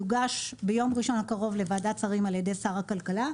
יוגש ביום ראשון הקרוב לוועדת שרים על ידי שר הכלכלה.